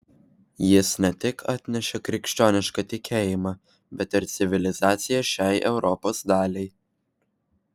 jis ne tik atnešė krikščionišką tikėjimą bet ir civilizaciją šiai europos daliai